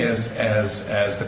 is as as the